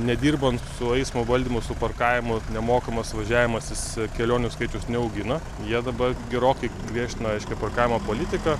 nedirbant su eismo valdymu su parkavimu nemokamas važiavimas jis kelionių skaičiaus neaugina jie dabar gerokai griežtina aiškią parkavimo politiką